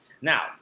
Now